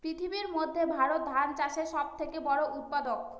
পৃথিবীর মধ্যে ভারত ধান চাষের সব থেকে বড়ো উৎপাদক